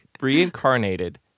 reincarnated